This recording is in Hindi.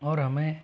और हमें